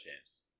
james